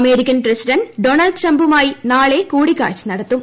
American president Donald ട്രം്പുമായി നാളെ കൂടിക്കാഴ്ച നടത്തും